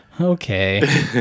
Okay